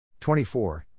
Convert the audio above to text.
24